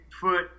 foot